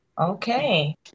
Okay